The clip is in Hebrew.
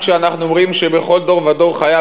כשאנחנו אומרים "שבכל דור ודור חייב